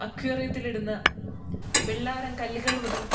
അക്ക്വോറിയത്തിലിടുന്ന വെള്ളാരം കല്ലുകൾ മുതൽ